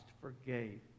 forgave